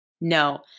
no